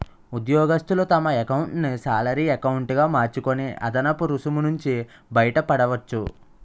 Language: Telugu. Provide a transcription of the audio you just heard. ఉద్యోగస్తులు తమ ఎకౌంటును శాలరీ ఎకౌంటు గా మార్చుకొని అదనపు రుసుము నుంచి బయటపడవచ్చు